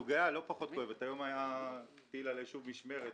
והסוגיה הלא פחות כואבת היום נורה טיל על הישוב משמרת,